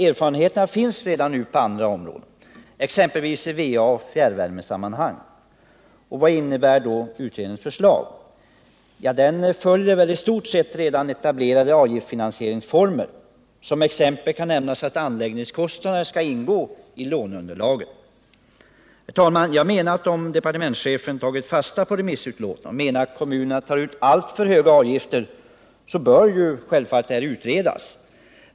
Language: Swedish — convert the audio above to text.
Erfarenheter finns redan nu på andra områden, exempelvis i VA och fjärrvärmesammanhang. Vad innebär då utredningens förslag? Det följer i stort sett redan etablerade avgiftsfinansieringsformer. Som exempel kan nämnas att anläggningskostnaden skall ingå i låneunderlaget. Herr talman! Jag menar att om departementschefen har tagit fasta på remissutlåtandena och anser att kommunerna tar ut alltför höga avgifter, bör hela frågekomplexet utredas.